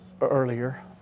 earlier